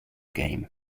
game